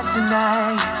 tonight